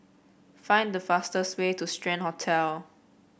find the fastest way to Strand Hotel